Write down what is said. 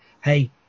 hey